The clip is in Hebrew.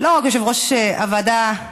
לא רק יושב-ראש ועדת העבודה,